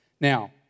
Now